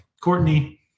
Courtney